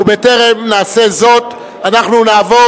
ובטרם נעשה זאת אנחנו נעבור,